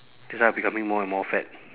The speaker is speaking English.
that's why I becoming more and more fat